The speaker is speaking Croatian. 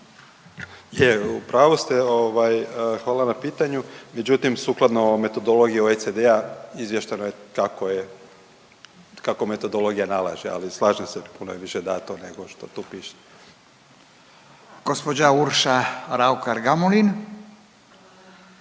Je, u pravu ste. Hvala na pitanju. Međutim, sukladno metodologiji OECD-a izviješteno je kako je kako metodologija nalaže, ali slažem se puno je više dato nego što tu piše. **Radin, Furio